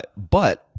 but but,